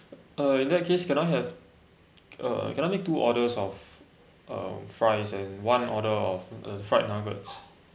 uh in that case can I have uh can I make two orders of uh fries and one order of uh fried nuggets